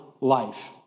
Life